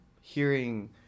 hearing